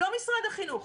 לא משרד החינוך.